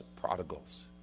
prodigals